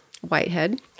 Whitehead